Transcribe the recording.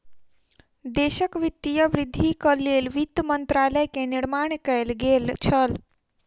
देशक वित्तीय वृद्धिक लेल वित्त मंत्रालय के निर्माण कएल गेल छल